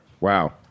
Wow